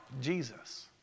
Jesus